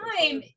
time